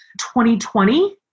2020